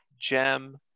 gem